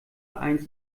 eins